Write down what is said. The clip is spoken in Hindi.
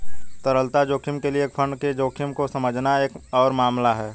तरलता जोखिम के लिए एक फंड के जोखिम को समझना एक और मामला है